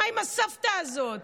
מה עם הסבתא הזאת.